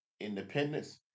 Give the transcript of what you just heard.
Independence